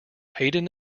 hayden